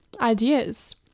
ideas